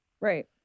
right